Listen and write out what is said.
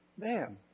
man